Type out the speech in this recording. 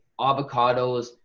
avocados